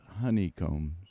honeycombs